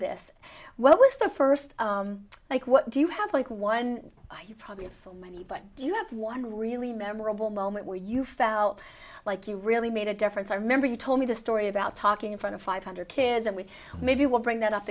this what was the first like what do you have like one probably if you have one really memorable moment where you felt like you really made a difference i remember you told me the story about talking in front of five hundred kids and we maybe will bring that up